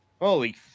holy